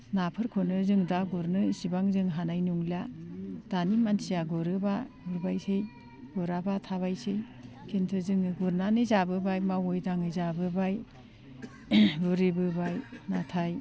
नाफोरखौनो जों दा गुरनो एसेबां जों हानाय नंलिया दानि मानसिया गुरोब्ला गुरबायसै गुराब्ला थाबायसै खिन्थु जोङो गुरनानै जाबोबाय मावै दाङै जाबोबाय बुरैबोबाय नाथाय